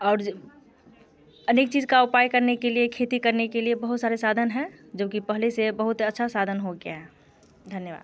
और जब अनेक चीज का उपाय करने के लिए खेती करने के लिए बहुत सारे साधन हैं जबकि पहले से बहुत अच्छा साधन हो गया है धन्यवाद